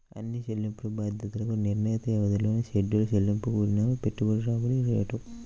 అన్ని చెల్లింపు బాధ్యతలకు నిర్ణీత వ్యవధిలో షెడ్యూల్ చెల్లింపు కూడిన పెట్టుబడి రాబడి రేటు